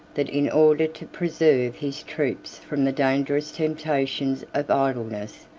that in order to preserve his troops from the dangerous temptations of idleness,